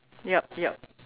yup yup